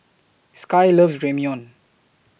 Sky loves Ramyeon